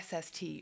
SST